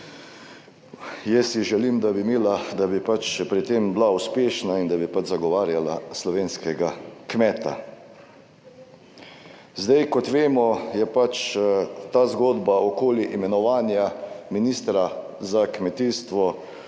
jaz si želim, da bi imela, da bi pri tem bila uspešna in da bi zagovarjala slovenskega kmeta. Kot vemo je ta zgodba okoli imenovanja ministra za kmetijstvo